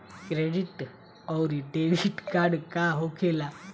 Credit आउरी debit card का होखेला?